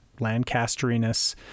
Lancasteriness